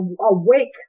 awake